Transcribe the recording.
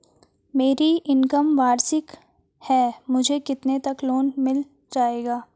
मेरी इनकम वार्षिक है मुझे कितने तक लोन मिल जाएगा?